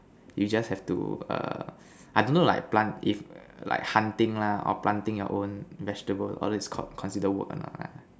you just have to err I don't know like plant if like hunting lah or planting your own vegetables all these con~ considered work or not ah